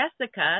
jessica